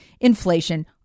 inflation